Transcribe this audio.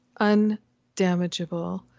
undamageable